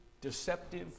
deceptive